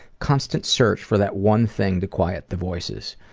constant search for that one thing to quiet the voices.